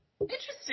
Interesting